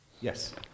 Yes